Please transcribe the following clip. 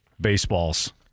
baseballs